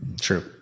True